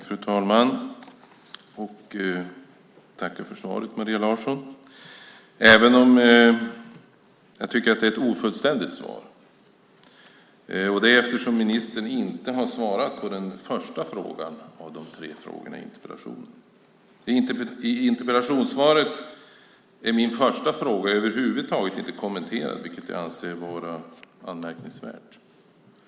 Fru talman! Tack för svaret, Maria Larsson. Jag tycker att det är ett ofullständigt svar eftersom ministern inte har svarat på den första av de tre frågorna i interpellationen. I interpellationssvaret är min första fråga över huvud taget inte kommenterad, vilket jag anser vara anmärkningsvärt.